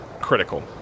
critical